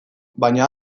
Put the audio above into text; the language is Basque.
baina